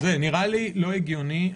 נראה לי לא הגיוני.